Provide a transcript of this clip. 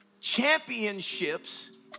championships